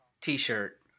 t-shirt